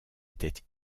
était